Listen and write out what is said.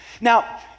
Now